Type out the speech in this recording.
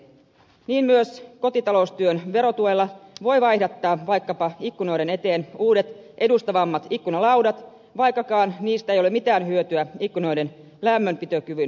niinpä myös kotitaloustyön verotuella voi vaihdattaa vaikkapa ikkunoiden eteen uudet edustavammat ikkunalaudat vaikkakaan niistä ei ole mitään hyötyä ikkunoiden lämmönpitokyvyn lisäämisen kannalta